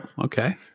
Okay